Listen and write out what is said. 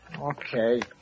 Okay